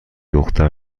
دختر